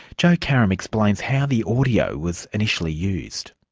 joe karam explains how the audio was initially used.